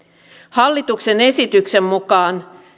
hallituksen esityksen mukaan